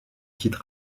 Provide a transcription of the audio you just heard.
quitte